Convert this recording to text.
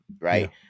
right